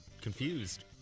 confused